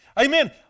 Amen